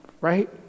right